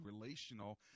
relational